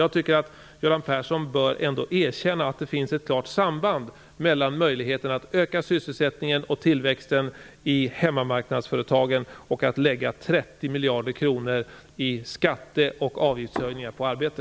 Göran Persson bör ändå erkänna att det finns ett klart samband mellan möjligheten att öka sysselsättningen och tillväxten i hemmamarknadsföretagen och att lägga 30 miljarder kronor i skatte och avgiftshöjningar på arbete.